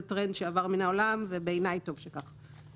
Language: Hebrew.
טרנד שעבר מן העולם ובעיניי טוב שכך.